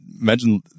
imagine